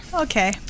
okay